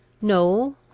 No